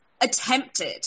attempted